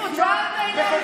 מי אתה שתקרא לי?